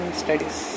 studies